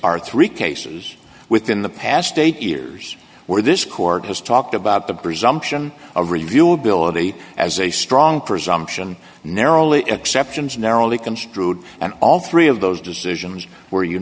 are three cases within the past eight years where this court has talked about the presumption of review ability as a strong presumption narrowly exceptions narrowly construed and all three of those decisions were